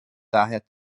daher